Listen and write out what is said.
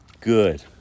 Good